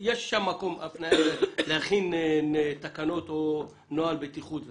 יש הפניה להכין נוהל בטיחות לתקלות.